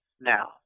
Now